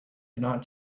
cannot